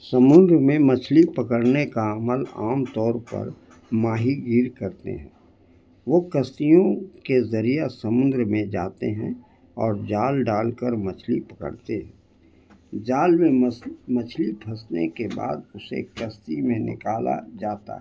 سمندر میں مچھلی پکڑنے کا عمل عام طور پر ماہی گیر کرتے ہیں وہ کشتیوں کے ذریعہ سمندر میں جاتے ہیں اور جال ڈال کر مچھلی پکڑتے ہیں جال میں مس مچھلی پھنسنے کے بعد اسے کشتی میں نکالا جاتا ہے